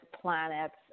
planets